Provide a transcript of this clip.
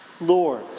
Lord